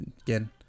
again